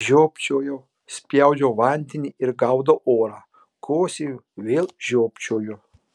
žiopčioju spjaudau vandenį ir gaudau orą kosėju vėl žiopčioju